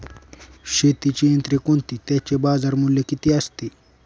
शेतीची यंत्रे कोणती? त्याचे बाजारमूल्य किती असते?